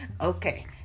Okay